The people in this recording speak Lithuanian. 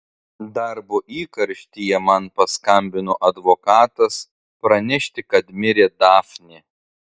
darbo įkarštyje man paskambino advokatas pranešti kad mirė dafnė